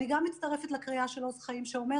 אני גם מצטרפת לקריאה של עוז חיים שאומרת: